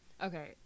Okay